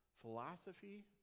philosophy